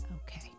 okay